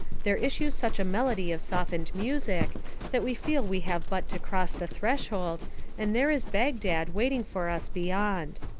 there issues such a melody of softened music that we feel we have but to cross the threshold and there is bagdad waiting for us beyond.